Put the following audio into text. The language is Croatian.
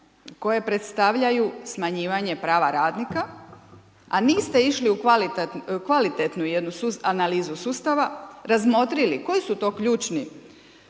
koje predstavljaju smanjivanje prava radnika, a niste išli u kvalitetnu jednu analizu sustava razmotrili koji su to ključni